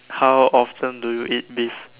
how often do you eat beef